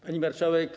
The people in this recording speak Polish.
Pani Marszałek!